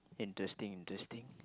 interesting interesting